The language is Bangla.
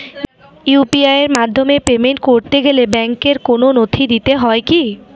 ইউ.পি.আই এর মাধ্যমে পেমেন্ট করতে গেলে ব্যাংকের কোন নথি দিতে হয় কি?